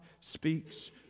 speaks